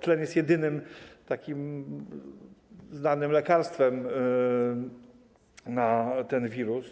Tlen jest jedynym znanym lekarstwem na tego wirusa